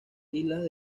islas